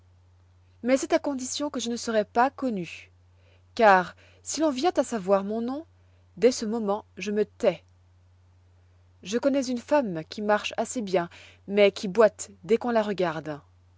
mais c'est à condition que je ne serai pas connu car si l'on vient à savoir mon nom dès ce moment je me tais je connois une femme qui marche assez bien mais qui boite dès qu'on la regarde